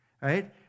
right